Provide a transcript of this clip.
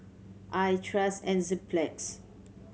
I trust Enzyplex